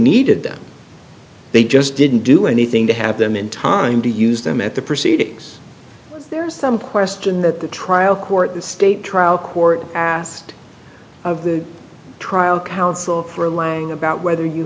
needed them they just didn't do anything to have them in time to use them at the proceedings there is some question that the trial court the state trial court asked of the trial counsel for lying about whether you